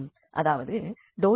அதாவது ∂u∂x∂v∂y